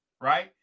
right